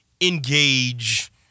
engage